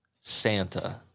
Santa